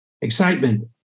excitement